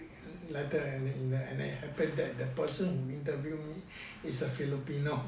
the letter and in it happen that person who interview me is a filipino